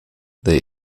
they